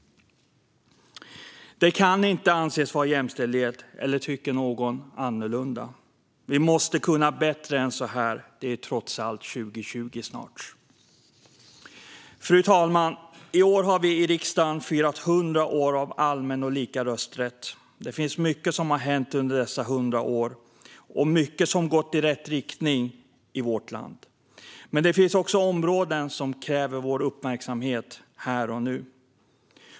Det kan inte anses vara jämställdhet, eller tycker någon annorlunda? Vi måste kunna bättre än så här. Det är trots allt snart 2020. Fru talman! I år har vi i riksdagen firat 100 år av allmän och lika rösträtt. Mycket har hänt under dessa 100 år, och mycket har gått i rätt riktning i vårt land. Men det finns också områden som kräver vår uppmärksamhet här och nu.